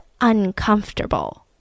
uncomfortable